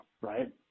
Right